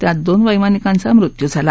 त्यात दोन वैमानिकांचा मृत्यू झाला